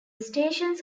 stations